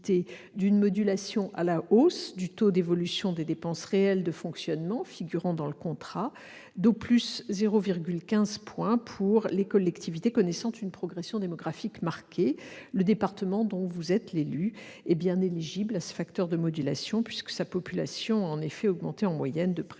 d'une modulation à la hausse du taux d'évolution des dépenses réelles de fonctionnement figurant dans le contrat d'au plus 0,15 point pour les collectivités connaissant une progression démographique marquée. Le département dont vous êtes l'élu est bien éligible à cette modulation, sa population ayant augmenté, en moyenne, de près